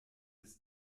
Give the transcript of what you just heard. ist